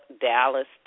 Dallas